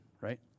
right